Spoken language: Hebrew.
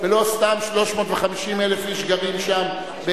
ולא סתם 350,000 איש גרים שם,